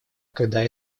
когда